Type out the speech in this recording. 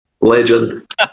Legend